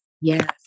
Yes